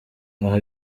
aha